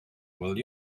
will